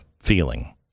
feeling